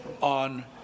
on